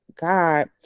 God